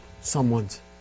someone's